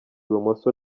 ibumoso